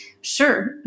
sure